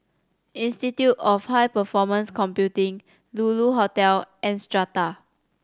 Institute of High Performance Computing Lulu Hotel and Strata